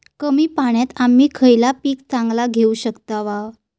कमी पाण्यात आम्ही खयला पीक चांगला घेव शकताव?